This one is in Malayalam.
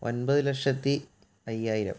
ഒൻപത് ലക്ഷത്തി അയ്യായിരം